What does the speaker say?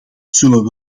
zullen